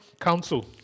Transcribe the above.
council